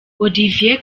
olivier